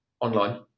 online